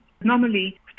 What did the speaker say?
Normally